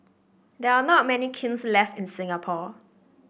there are not many kilns left in Singapore